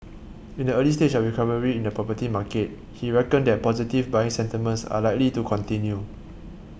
in the early stage of recovery in the property market he reckoned that positive buying sentiments are likely to continue